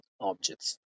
objects